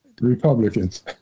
Republicans